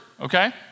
okay